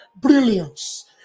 brilliance